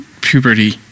puberty